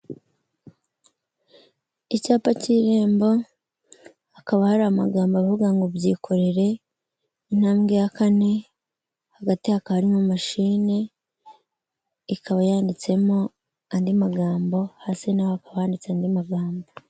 Icyapa cy'Irembo, hakaba hari amagambo avuga ngo byikorere intambwe ya kane, hagati hakaba harimo mashine, ikaba yanditsemo andi magambo, hasi naho hakaba handitse andi magambo.